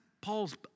Paul's